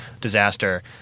disaster